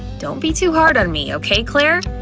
don't be too hard on me, okay claire?